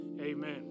Amen